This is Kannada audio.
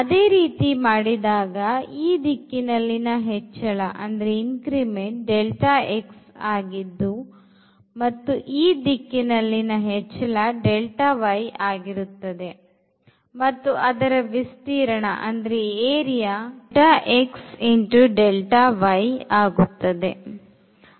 ಅದೇ ರೀತಿ ಮಾಡಿದಾಗ ಈ ದಿಕ್ಕಿನಲ್ಲಿನ ಹೆಚ್ಚಳ Δx ಆಗಿದ್ದು ಮತ್ತು ಈ ದಿಕ್ಕಿನಲ್ಲಿನ ಹೆಚ್ಚಳ Δy ಆಗಿರುತ್ತದೆ ಅದರ ವಿಸ್ತೀರಣ ΔxΔy ಆಗುತ್ತದೆ